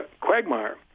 quagmire